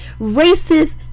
racist